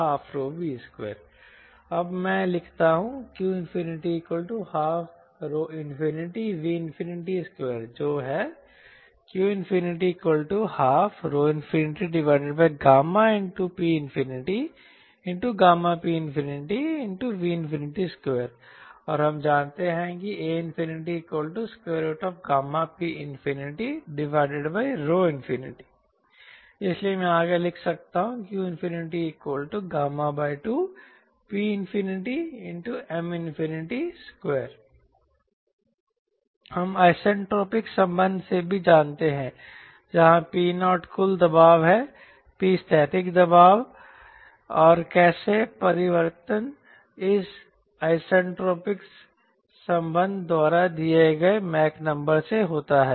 q12V2 अब मैं लिखता हूं q12V2 जो है q12PPV2 और हम जानते हैं कि aP इसलिए मैं आगे लिख सकता हूं q2PM2 हम आईसेनट्रपिक संबंध से भी जानते हैं जहां P0 कुल दबाव है P स्थैतिक दाब है और कैसे परिवर्तन इस आईसेनट्रपिक संबंध द्वारा दिए गए मैक नंबर से होता है